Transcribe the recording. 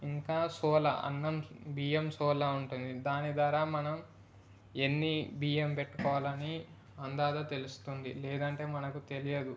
ఇంకా సోల అన్నం బియ్యం సోల ఉంటుంది దాని ద్వారా మనం ఎన్ని బియ్యం పెట్టుకోవాలని అందాజుగా తెలుస్తుంది లేదు అంటే మనకు తెలియదు